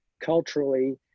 culturally